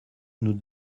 nous